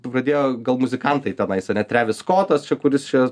pradėjo gal muzikantai tenais ane trevi skotas kuris čia